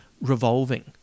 revolving